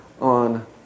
on